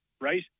right